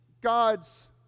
God's